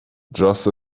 just